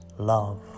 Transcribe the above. love